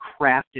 crafted